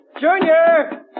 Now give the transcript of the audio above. Junior